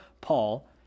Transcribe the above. Paul